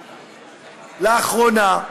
לאחרונה,